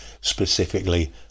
specifically